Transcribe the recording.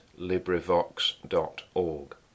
LibriVox.org